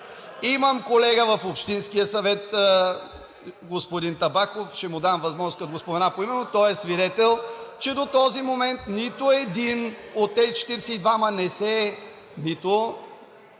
Имам колега в общинския съвет – господин Табаков, ще му дам възможност, като го споменавам поименно, той е свидетел, че до този момент нито един от тези четиридесет и